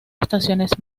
estaciones